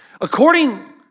According